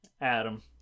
adam